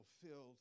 fulfilled